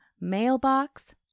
mailbox